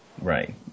Right